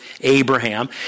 Abraham